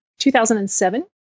2007